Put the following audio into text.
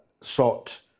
sought